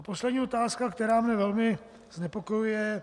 Poslední otázka, která mě velmi znepokojuje.